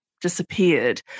disappeared